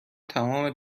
تمام